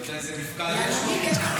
אתה יודע איזה מפקד יש לו?